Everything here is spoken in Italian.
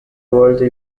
volte